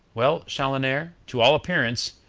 well, chaloner, to all appearance,